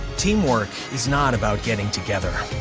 teamwork is not about getting together,